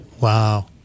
Wow